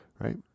right